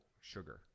Sugar